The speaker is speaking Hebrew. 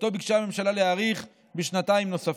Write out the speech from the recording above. שאותו ביקשה הממשלה להאריך בשנתיים נוספות.